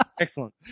Excellent